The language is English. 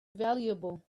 valuable